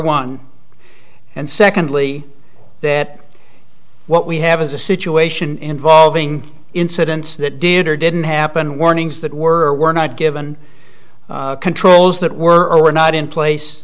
one and secondly that what we have is a situation involving incidents that did or didn't happen warnings that were not given controls that were not in place